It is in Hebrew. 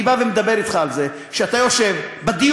אני בא ומדבר אתך על זה שאתה יושב בדיון